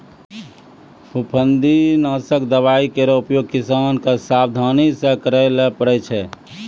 फफूंदी नासक दवाई केरो उपयोग किसान क सावधानी सँ करै ल पड़ै छै